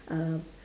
uh